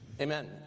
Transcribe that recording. Amen